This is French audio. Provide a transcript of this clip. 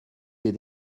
des